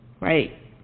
right